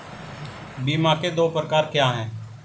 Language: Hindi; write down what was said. बीमा के दो प्रकार क्या हैं?